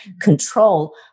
control